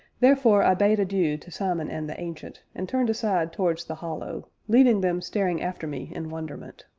therefore i bade adieu to simon and the ancient, and turned aside towards the hollow, leaving them staring after me in wonderment.